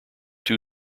two